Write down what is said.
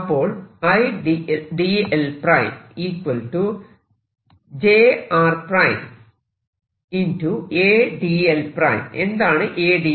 അപ്പോൾ എന്താണ് adl′